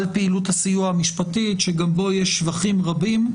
פעילות הסיוע המשפטית שגם בו יש שבחים רבים,